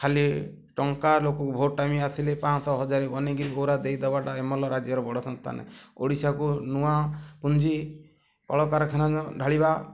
ଖାଲି ଟଙ୍କା ଲୋକ ଭୋଟ୍ ଟାଇମ୍ ଆସିଲେ ପାଞ୍ଚ ଶହ ହଜାରେ ବନେଇକି ଦେଇଦବାଟା ଏମ୍ଏଲ୍ ରାଜ୍ୟର ଓଡ଼ିଶାକୁ ନୂଆ ପୁଞ୍ଜି କଳକାରଖାନା ଢ଼ାଳିବା